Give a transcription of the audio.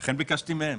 לכן ביקשתי מהם.